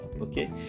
Okay